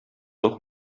doch